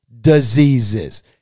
diseases